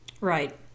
Right